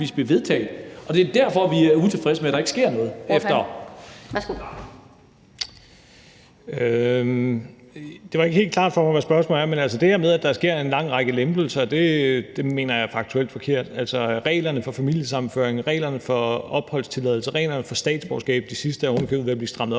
Værsgo. Kl. 14:58 Rasmus Stoklund (S): Det var ikke helt klart for mig, hvad spørgsmålet var. Men det her med, at der er sket en lang række lempelser, mener jeg er faktuelt forkert. Der er reglerne for familiesammenføring, reglerne for opholdstilladelse, reglerne for statsborgerskab – de sidste er ovenikøbet ved at blive strammet op